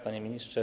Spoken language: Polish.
Panie Ministrze!